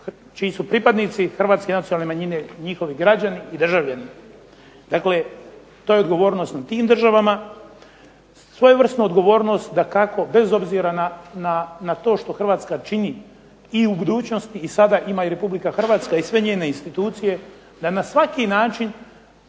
čiji su pripadnici nacionalne manjine njihovi građani i državljani. Dakle, to je odgovornost na tim državama. Svojevrsnu odgovornost dakako bez obzira na to što Hrvatska čini i u budućnosti i sada ima i Republika Hrvatska i sve njene institucije da na svaki način